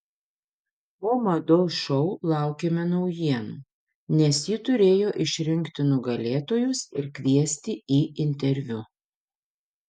po mados šou laukėme naujienų nes ji turėjo išrinkti nugalėtojus ir kviesti į interviu